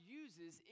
uses